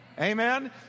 amen